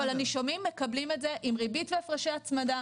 אבל הנישומים מקבלים את זה עם ריבית והפרשי הצמדה.